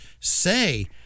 say